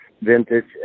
Vintage